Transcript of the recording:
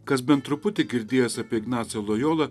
kas bent truputį girdėjęs apie ignacą lojolą